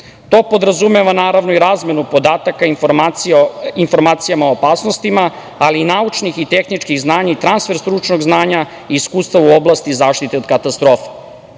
To podrazumeva, naravno, i razmenu podataka, informacija o opasnostima, ali i naučnih i tehničkih znanja i transfer stručnog znanja i iskustava u oblasti zaštite od katastrofa,